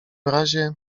razie